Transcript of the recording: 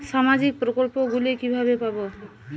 সামাজিক প্রকল্প গুলি কিভাবে পাব?